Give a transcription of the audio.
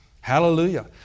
Hallelujah